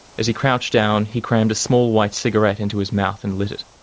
as he crouched down, he crammed a small white cigarette into his mouth, and lit it.